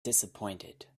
disappointed